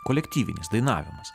kolektyvinis dainavimas